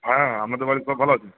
হ্যাঁ হ্যাঁ আপনাদের বাড়ির সব ভালো আছে